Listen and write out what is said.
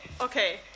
okay